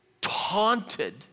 Taunted